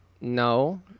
No